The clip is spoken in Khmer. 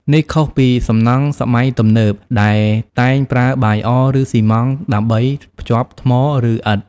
នេះខុសពីសំណង់សម័យទំនើបដែលតែងប្រើបាយអ ឬស៊ីម៉ងត៍ដើម្បីភ្ជាប់ថ្ម ឬឥដ្ឋ។